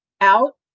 out